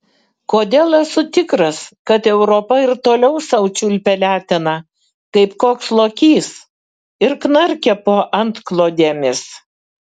kodėl esu tikras kad europa ir toliau sau čiulpia leteną kaip koks lokys ir knarkia po antklodėmis